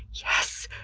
yes!